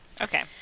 Okay